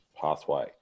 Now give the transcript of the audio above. pathway